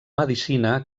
medicina